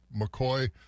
McCoy